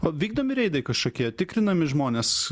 o vykdomi reidai kažkokie tikrinami žmonės